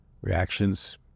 Reactions